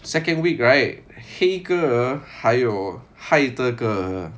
second week right 黑格尔还有海德格尔